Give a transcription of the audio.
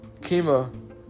Kima